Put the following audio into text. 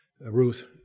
Ruth